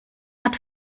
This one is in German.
hat